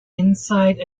inside